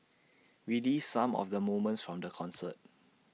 relives some of the moments from the concert